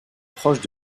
proche